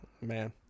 man